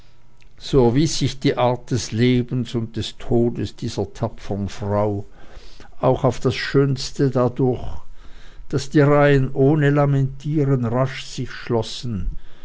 so erwies sich die art des lebens und des todes dieser tapferen frau auch auf das schönste dadurch daß die reihen ohne lamentieren rasch sich schlossen